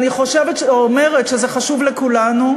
אני חושבת או אומרת שזה חשוב לכולנו,